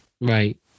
Right